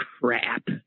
crap